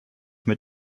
mit